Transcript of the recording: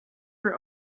her